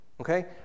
Okay